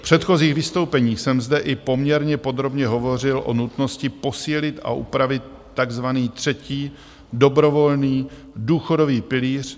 V předchozích vystoupeních jsem zde i poměrně podrobně hovořil o nutnosti posílit a upravit takzvaný třetí dobrovolný důchodový pilíř.